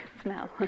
smell